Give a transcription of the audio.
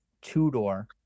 two-door